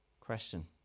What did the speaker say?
Question